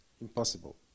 Impossible